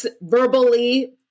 verbally